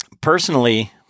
personally